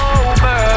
over